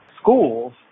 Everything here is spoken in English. schools